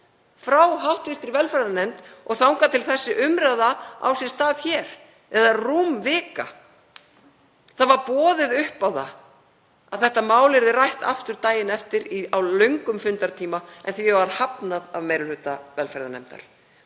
frá hv. velferðarnefnd og þar til þessi umræða á sér stað hér, eða rúm vika. Boðið var upp á að þetta mál yrði rætt aftur daginn eftir á löngum fundi, en því var hafnað af meiri hluta velferðarnefndar.